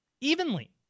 evenly